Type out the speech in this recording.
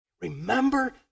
Remember